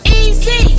easy